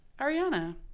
Ariana